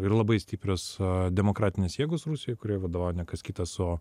ir labai stiprios demokratinės jėgos rusijoj kuriai vadovavo ne kas kitas o